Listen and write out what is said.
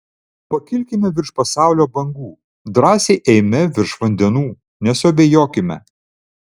pakilkime virš pasaulio bangų drąsiai eime virš vandenų nesuabejokime